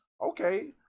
okay